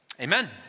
Amen